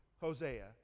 Hosea